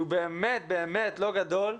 שהוא באמת לא גדול,